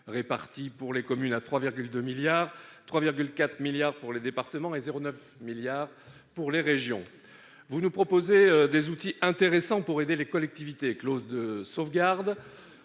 d'euros pour les communes, 3,4 milliards d'euros pour les départements et 0,9 milliard d'euros pour les régions. Vous nous proposez des outils intéressants pour aider les collectivités : clause de sauvegarde-